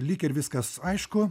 lyg ir viskas aišku